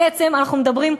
בעצם אנחנו מדברים,